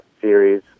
Series